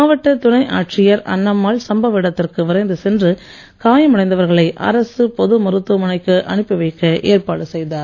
மாவட்ட துணை ஆட்சியர் அன்னம்மாள் சம்பவ இடத்திற்கு விரைந்து சென்று காயமடைந்தவர்களை அரசுப் பொது மருத்துவமனைக்கு அனுப்பி வைக்க ஏற்பாடு செய்தார்